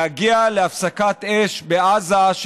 להגיע להפסקת אש בעזה,